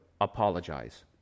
apologize